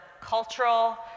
cultural